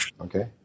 okay